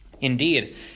Indeed